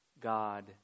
God